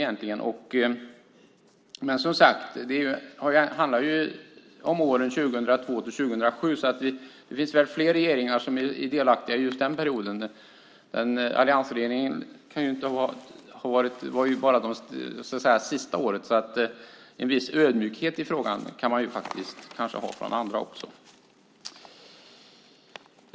Det handlar, som sagt, om åren 2002-2007, och det har ju funnits fler regeringar som varit delaktiga under den perioden. För alliansregeringens del gäller endast det sista året. En viss ödmjukhet i frågan kan kanske visas även från oppositionens sida.